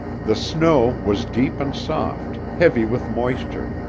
the snow was deep and soft, heavy with moisture,